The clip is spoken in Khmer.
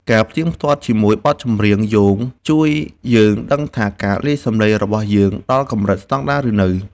ការផ្ទៀងផ្ទាត់ជាមួយបទចម្រៀងយោងជួយឱ្យយើងដឹងថាការលាយសំឡេងរបស់យើងដល់កម្រិតស្ដង់ដារឬនៅ។